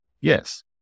Yes